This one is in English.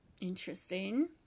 interesting